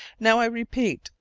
now, i repeat,